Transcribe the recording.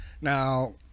Now